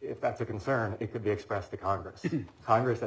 if that's a concern it could be expressed the congress congress at